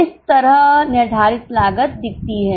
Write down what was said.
इस तरह निर्धारित लागत दिखती है